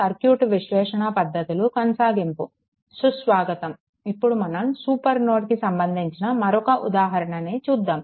సుస్వాగతము ఇప్పుడు మనం సూపర్ నోడుకి సంబంధించిన మరొక ఉదాహరణని చూద్దాం